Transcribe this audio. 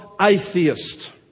atheist